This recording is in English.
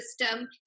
system